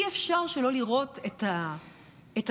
אי-אפשר שלא לראות את הדומה.